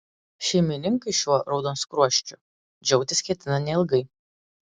šeimininkai šiuo raudonskruosčiu džiaugtis ketina neilgai